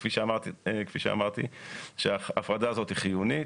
כפי שאמרתי, שההפרדה הזאת היא חיונית